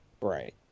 Right